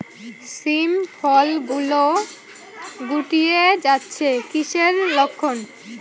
শিম ফল গুলো গুটিয়ে যাচ্ছে কিসের লক্ষন?